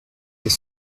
des